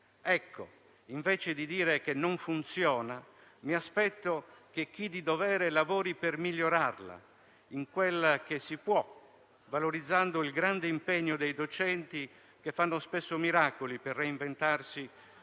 poco. Invece di dire che non funziona, mi aspetto che chi di dovere lavori per migliorarla quanto si può, valorizzando il grande impegno dei docenti che fanno spesso miracoli per reinventarsi una modalità